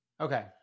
Okay